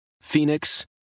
Phoenix